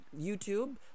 YouTube